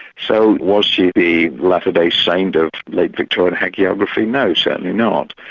so was she the latter-day saint of late victorian hagiography? no, certainly not.